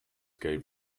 gave